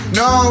no